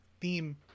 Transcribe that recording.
theme